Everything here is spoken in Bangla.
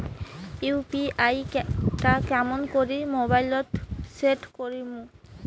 ইউ.পি.আই টা কেমন করি মোবাইলত সেট করিম?